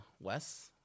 Wes